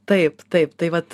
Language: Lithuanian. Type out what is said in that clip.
taip taip tai vat